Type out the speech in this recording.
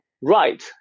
right